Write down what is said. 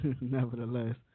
Nevertheless